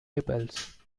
labels